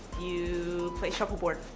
you play shuffle board.